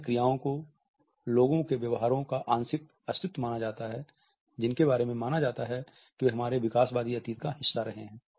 अन्य क्रियाओं को लोगों के व्यवहारों का आंशिक अस्तित्व माना जाता है जिनके बारे में माना जाता है कि वे हमारे विकासवादी अतीत का हिस्सा रहे हैं